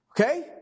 Okay